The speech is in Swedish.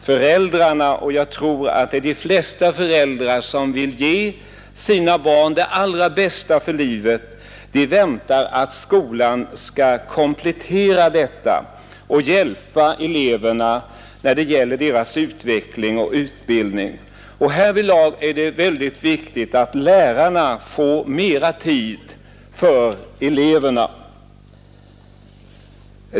De föräldrar som vill ge sina barn det bästa för livet — och jag tror att det gäller de flesta föräldrar — förväntar att skolan skall komplettera hemmets fostran och hjälpa eleverna i deras utveckling och utbildning. Härvidlag är det mycket viktigt att lärarna får mer tid för eleverna.